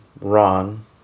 wrong